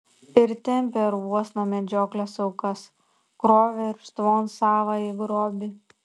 ir tempė urvuosna medžioklės aukas krovė irštvon savąjį grobį